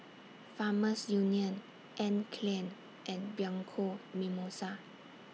Farmers Union Anne Klein and Bianco Mimosa